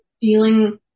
feeling